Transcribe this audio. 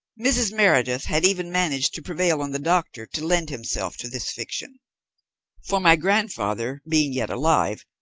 mrs. meredith had even managed to prevail on the doctor to lend himself to this fiction for, my grandfather being yet alive,